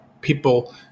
people